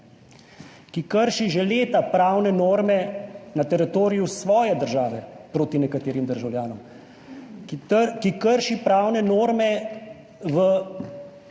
ki krši že leta pravne norme na teritoriju svoje države proti nekaterim državljanom, ki krši pravne norme v